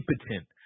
impotent